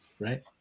right